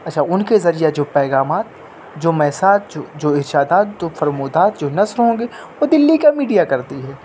اچھا ان کے ذریعہ جو پیغامات جو میساج جو جو ارشادات جو فرمودات جو نشر ہوں گے وہ دلی کا میڈیا کرتی ہے